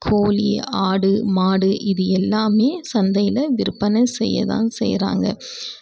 கோழி ஆடு மாடு இது எல்லாமே சந்தையில் விற்பனை செய்ய தான் செய்கிறாங்க